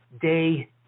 day